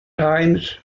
times